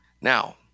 Now